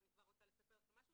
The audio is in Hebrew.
ואני כבר רוצה לספר לכם משהו,